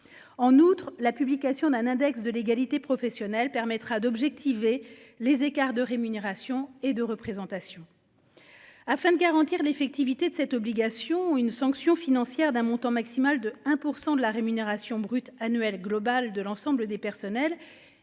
En outre, la publication d'un index de l'égalité professionnelle permettra d'objectiver les écarts de rémunération et de représentation. Afin de garantir l'effectivité de cette obligation. Une sanction financière d'un montant maximal de 1% de la rémunération brute annuelle globale de l'ensemble des personnels